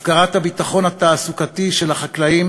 הפקרת הביטחון התעסוקתי של החקלאים